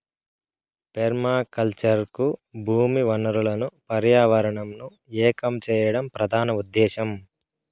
permaculture కు భూమి వనరులను పర్యావరణంను ఏకం చేయడం ప్రధాన ఉదేశ్యం